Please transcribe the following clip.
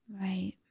Right